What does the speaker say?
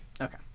Okay